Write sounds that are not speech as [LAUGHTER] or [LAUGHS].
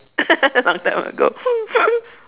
[LAUGHS] long time ago [LAUGHS]